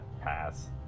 Pass